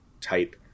type